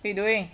what you doing